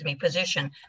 position